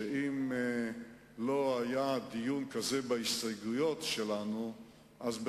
אם חבר הכנסת בר-און ירצה, תהיה לו עוד רשות